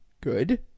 good